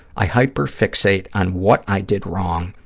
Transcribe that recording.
i hyper-fixate on what i did wrong,